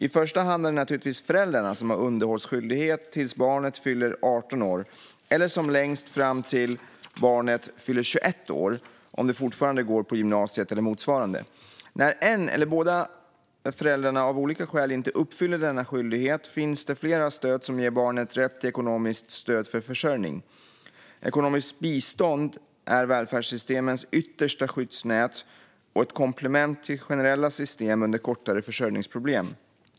I första hand är det naturligtvis föräldrarna som har underhållsskyldighet fram till att barnet fyller 18 år, eller som längst fram till att barnet fyller 21 år om det fortfarande går på gymnasiet eller motsvarande. När en eller båda föräldrar av olika skäl inte uppfyller denna skyldighet finns det flera stöd som ger barnet rätt till ekonomiskt stöd för försörjning. Ekonomiskt bistånd är välfärdssystemens yttersta skyddsnät och ett komplement till generella system under kortare försörjningsproblem.